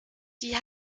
die